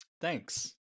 thanks